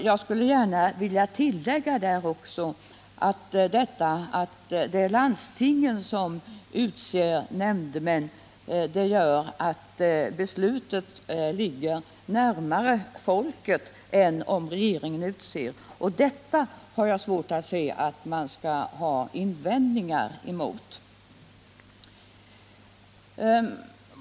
Jag skulle där gärna vilja tillägga att det förfarandet, att det är landstingen som utser nämndemän, gör att beslutet ligger närmare folket än om det är regeringen som utser dem. Detta har jag alltså svårt att se att man skall kunna ha några invändningar emot.